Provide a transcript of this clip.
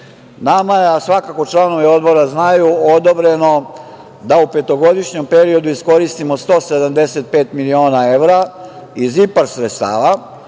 Nama je, a svakako članovi odbora znaju, odobreno da u petogodišnjem periodu iskoristimo 175 miliona evra iz IPARD sredstava,